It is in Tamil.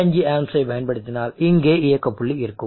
5 ஆம்ப்ஸை பயன்படுத்தினால் இங்கே இயக்க புள்ளி இருக்கும்